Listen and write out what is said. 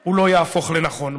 הוא לא יהפוך לנכון.